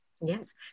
Yes